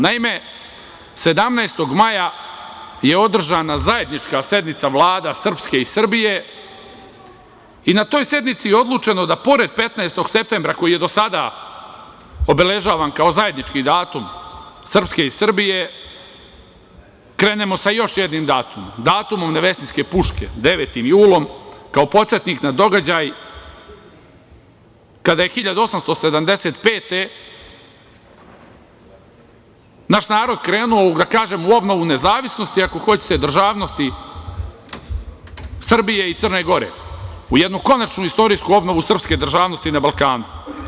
Naime, 17. maja je održana zajednička sednica vlada Srpske i Srbije, i na toj sednici odlučeno da, pored 15. septembra koji je do sada obeležavan kao zajednički datum Srpske i Srbije, krenemo sa još jednim datumom, datumom Nevesinjske puške - 9. julom, kao podsetnik na događaj, kada je 1875. godine naš narod krenuo, da kažem, u obnovu nezavisnosti, ako hoćete, državnosti Srbije i Crne Gore, u jednu konačnu istorijsku obnovu srpske državnosti na Balkanu.